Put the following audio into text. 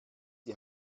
die